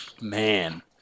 man